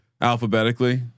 alphabetically